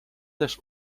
też